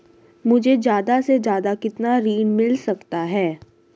मुझे ज्यादा से ज्यादा कितना ऋण मिल सकता है?